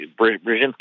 Brzezinski